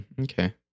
okay